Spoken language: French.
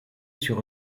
sur